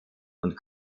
und